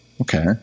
Okay